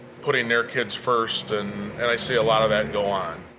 putting their kids first. and and i see a lot of that going on.